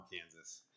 Kansas